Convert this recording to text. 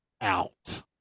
out